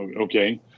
Okay